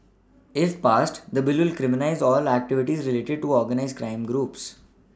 if passed the Bill will criminalise all activities related to organised crime groups